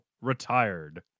retired